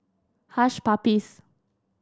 Hush Puppies